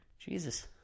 Jesus